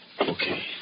Okay